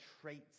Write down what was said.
traits